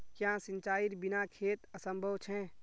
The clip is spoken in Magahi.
क्याँ सिंचाईर बिना खेत असंभव छै?